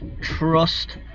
trust